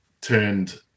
turned